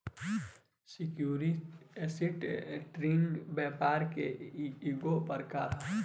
security trading व्यापार के ईगो प्रकार ह